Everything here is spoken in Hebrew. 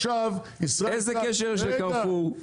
איזה קשר יש לה לקרפור?